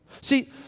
See